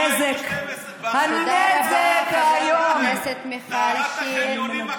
הנזק, הנזק האיום, תודה רבה, חברת הכנסת מיכל שיר.